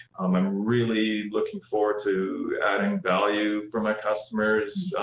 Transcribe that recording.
um i'm really looking forward to adding value for my customers,